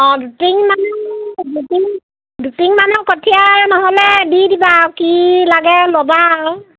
অঁ দুটিং মানে দুটিং দুটিং মানৰ কঠীয়া নহ'লে দি দিবা আৰু কি লাগে ল'বা আৰু